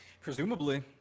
Presumably